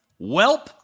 welp